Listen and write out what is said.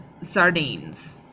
sardines